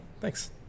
Thanks